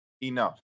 enough